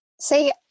See